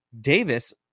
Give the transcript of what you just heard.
Davis